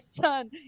son